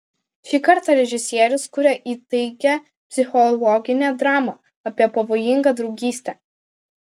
šį kartą režisierius kuria įtaigią psichologinę dramą apie pavojingą draugystę